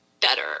better